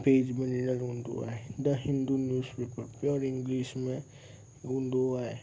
page में ॾिनलु हूंदो आहे the Hindu newspaper pure English में हूंदो आहे